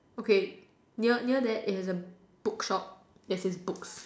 okay near near that is a bookshop that says book